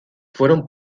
fueron